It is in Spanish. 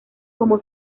como